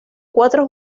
cuatro